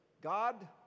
God